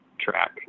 track